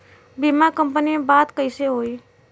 बीमा कंपनी में बात कइसे होई?